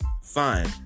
Fine